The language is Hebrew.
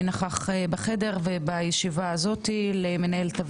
למנהלת הוועדה מיכל דיבנר כרמל,